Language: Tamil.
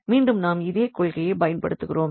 மீண்டும் நாம் இதே கொள்கையை பயன்படுத்துகிறோம்